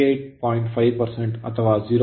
5 ಅಥವಾ 0